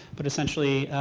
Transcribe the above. but essentially,